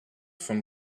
von